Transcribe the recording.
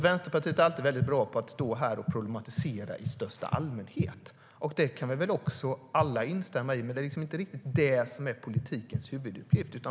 Vänsterpartiet är alltid bra på att stå här och problematisera i största allmänhet. Det där kan vi väl alla instämma i, men det är inte riktigt det som är politikens huvuduppgift.